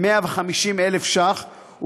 שקלים,